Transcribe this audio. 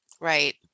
Right